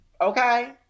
Okay